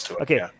Okay